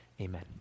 Amen